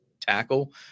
Tackle